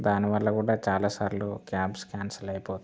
దానివల్ల కూడా చాలా సార్లు క్యాబ్స్ క్యాన్సల్ అయిపోతాయి